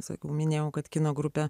sakau minėjau kad kino grupė